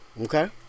Okay